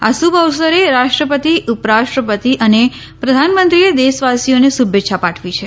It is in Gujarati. આ શુભ અવસરે રાષ્ટ્રપતિ ઉપરાષ્ટ્રપતિ અને પ્રધાનમં ત્રીએ દેશવાસીઓને શુભેચ્છા પાઠવી છે